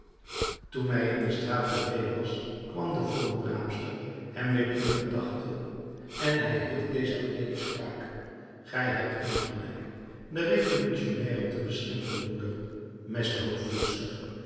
toen hij in de straat pavée was kwam de voddenraapster hem weer in de gedachte en hij hield deze alleenspraak gij hebt ongelijk de revolutionnairen te beschimpen moeder